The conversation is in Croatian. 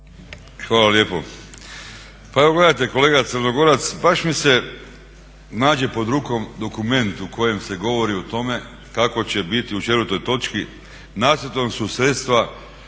Hvala lijepo. Pa evo gledajte kolega Crnogorac baš mi se nađe pod rukom dokument u kojem se govori o tome kako će biti u 4.točki nacrtom su sredstva